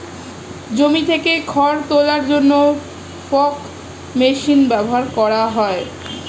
জমি থেকে খড় তোলার জন্য ফর্ক মেশিন ব্যবহার করা হয়